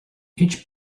each